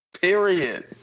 Period